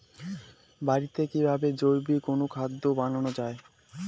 বাড়িতে কিভাবে জৈবিক অনুখাদ্য বানানো যায়?